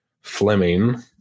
Fleming